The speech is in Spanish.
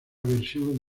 versión